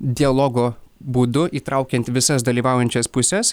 dialogo būdu įtraukiant visas dalyvaujančias puses